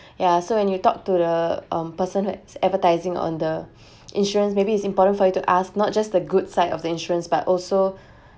ya so when you talk to the um person who has advertising on the insurance maybe it's important for you to ask not just the good side of the insurance but also